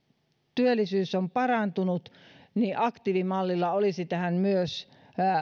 työllisyys on parantunut niin aktiivimallilla olisi tähän myös